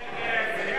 ההצעה